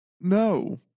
no